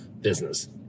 business